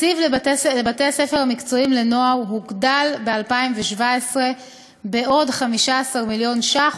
תקציב בתי-הספר המקצועיים לנוער הוגדל בתקציב 2017 בעוד 15 מיליון ש"ח,